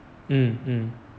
um um